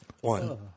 one